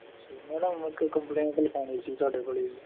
ਅੱਛਾ ਜੀ ਮੈਡਮ ਇੱਕ ਕੰਪਲੇਂਟ ਲਿਖਾਉਣੀ ਸੀ ਤੁਹਾਡੇ ਕੋਲ ਜੀ